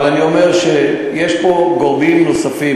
אבל אני אומר שיש פה גורמים נוספים,